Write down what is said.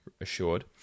assured